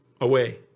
away